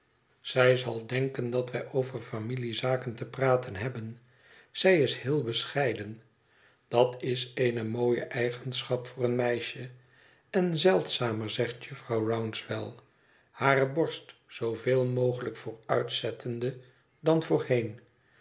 zij zal denken dat wij over familiezaken te praten hebben zij is heel bescheiden dat is eene mooie eigenschap voor een meisje en zeldzamer zegt jufvrouw rouncewell hare borst zooveel mogelijk vooruitzettende dan voorheen